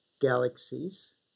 galaxies